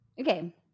Okay